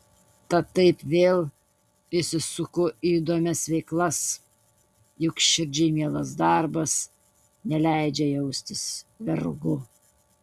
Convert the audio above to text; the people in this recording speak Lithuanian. tad taip vėl įsisuku į įdomias veiklas juk širdžiai mielas darbas neleidžia jaustis vergu